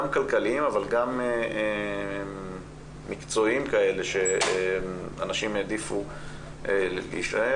כלכליים אבל גם מקצועיים כאלה שאנשים העדיפו להישאר.